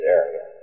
area